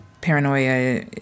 paranoia